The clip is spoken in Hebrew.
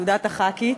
תעודת הח"כית.